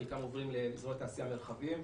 חלקם עוברים לאזורי תעשייה מרחביים,